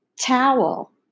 towel